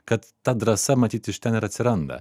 kad ta drąsa matyt iš ten ir atsiranda